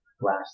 last